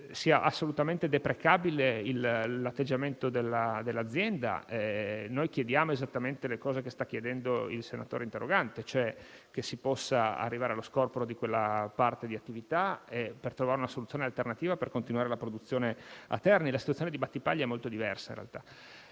sia assolutamente deprecabile l'atteggiamento dell'azienda. Noi chiediamo esattamente le cose richieste dai senatori interroganti, cioè che si possa arrivare allo scorporo di quella parte di attività, al fine di trovare una soluzione alternativa per continuare la produzione a Terni, visto che la situazione di Battipaglia è in realtà